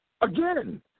Again